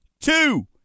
two